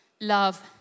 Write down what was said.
Love